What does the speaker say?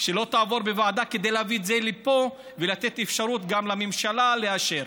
שהיא לא תעבור בוועדה כדי להביא את זה לפה ולתת אפשרות גם לממשלה לאשר.